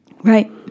Right